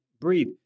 breathe